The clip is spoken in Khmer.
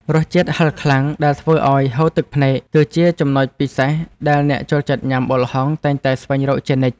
រសជាតិហឹរខ្លាំងដែលធ្វើឱ្យហូរទឹកភ្នែកគឺជាចំណុចពិសេសដែលអ្នកចូលចិត្តញ៉ាំបុកល្ហុងតែងតែស្វែងរកជានិច្ច។